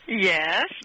Yes